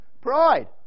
Pride